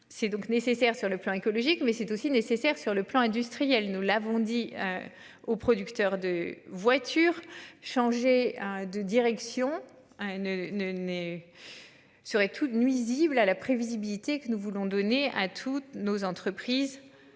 C'est donc nécessaire sur le plan écologique, mais c'est aussi nécessaire sur le plan industriel, nous l'avons dit. Aux producteurs de voitures, changer de direction ne, ne, n'est. Seraient tous nuisibles à la prévisibilité que nous voulons donner à toutes nos entreprises